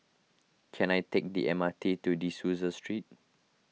can I take the M R T to De Souza Street